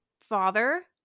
father